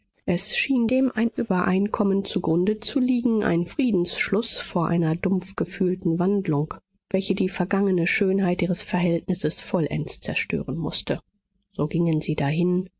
es schien dem ein übereinkommen zugrunde zu liegen ein friedensschluß vor einer dumpf gefühlten wandlung welche die vergangene schönheit ihres verhältnisses vollends zerstören mußte so gingen sie dahin